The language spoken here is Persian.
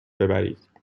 ببرید